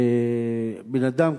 ובן-אדם,